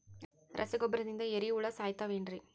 ರಸಗೊಬ್ಬರದಿಂದ ಏರಿಹುಳ ಸಾಯತಾವ್ ಏನ್ರಿ?